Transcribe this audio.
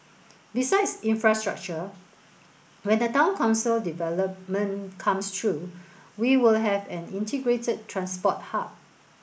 besides infrastructure when the Town Council development comes through we will have an integrated transport hub